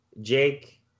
Jake